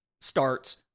starts